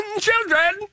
Children